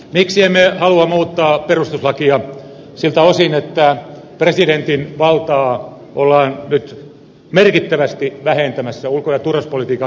miksi emme halua muuttaa perustuslakia siltä osin että presidentin valtaa ollaan nyt merkittävästi vähentämässä ulko ja turvallisuuspolitiikan johtajana